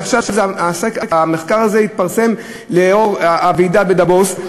עכשיו המחקר הזה התפרסם לאור הוועידה בדבוס.